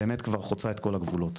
באמת כבר חוצה את כל הגבולות,